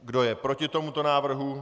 Kdo je proti tomuto návrhu?